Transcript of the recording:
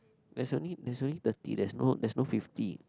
there's only there's only thirty there's no there's no fifty